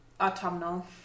autumnal